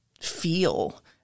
feel